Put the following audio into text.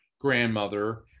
grandmother